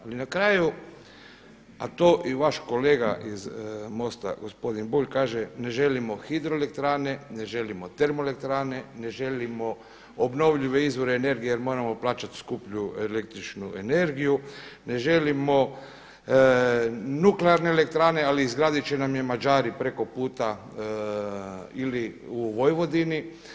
Ali na kraju a to i vaš kolega iz MOST-a, gospodin Bulj kaže, ne želimo hidroelektrane, ne želimo termoelektrane, ne želimo obnovljive izvore energije jer moramo plaćati skuplju električnu energiju, ne želimo nuklearne elektrane ali izgraditi će nam je Mađari preko puta ili u Vojvodini.